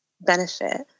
benefit